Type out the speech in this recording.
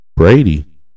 Brady